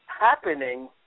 happening